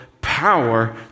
power